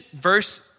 verse